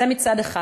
זה מצד אחד,